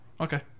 Okay